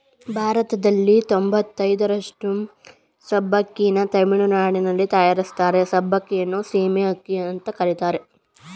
ಭಾರತದಲ್ಲಿ ತೊಂಬತಯ್ದರಷ್ಟು ಸಬ್ಬಕ್ಕಿನ ತಮಿಳುನಾಡಲ್ಲಿ ತಯಾರಿಸ್ತಾರೆ ಸಬ್ಬಕ್ಕಿಯನ್ನು ಸೀಮೆ ಅಕ್ಕಿ ಅಂತ ಕರೀತಾರೆ